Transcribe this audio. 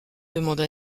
demanda